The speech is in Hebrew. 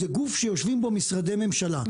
זה גוף שיושבים בו משרדי ממשלה.